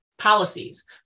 policies